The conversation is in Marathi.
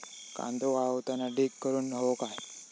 कांदो वाळवताना ढीग करून हवो काय?